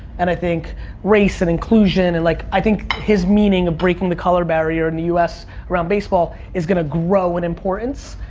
and i think race and inclusion, and, like, i think his meaning of breaking the color barrier in the us around baseball is gonna grown in importance,